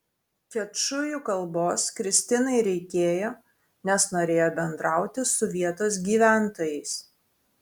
kečujų kalbos kristinai reikėjo nes norėjo bendrauti su vietos gyventojais